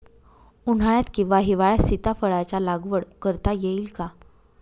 उन्हाळ्यात किंवा हिवाळ्यात सीताफळाच्या लागवड करता येईल का?